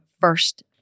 first